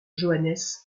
johannes